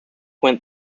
went